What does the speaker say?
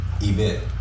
event